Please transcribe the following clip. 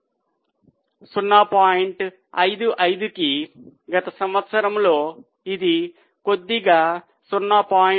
55 కి గత సంవత్సరంలో ఇది కొద్దిగా 0